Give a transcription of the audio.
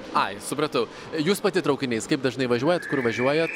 ai supratau jūs pati traukiniais kaip dažnai važiuojat kur važiuojat